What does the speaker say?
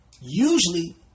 Usually